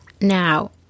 Now